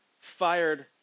fired